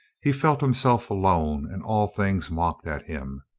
he felt himself alone and all things mocked at him.